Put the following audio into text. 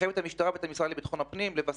המחייב את המשטרה ואת המשרד לבט"פ לבסס